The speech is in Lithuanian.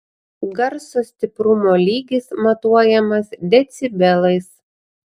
garso stiprumo lygis matuojamas decibelais